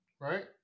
Right